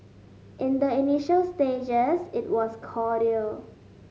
in the initial stages it was cordial